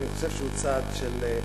אני חושב שהוא צעד של מישהו,